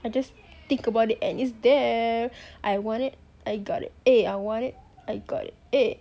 I just think about it and is there I want it I got it I want it I got it